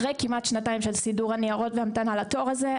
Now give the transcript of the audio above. אחרי כמעט שנתיים של סידור הניירות והמתנה לתור הזה,